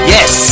Yes